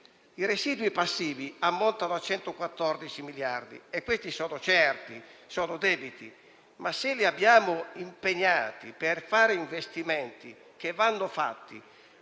I residui passivi ammontano a 114 miliardi e questi sono costi, sono debiti; ma, se li abbiamo impegnati per fare investimenti, che vanno fatti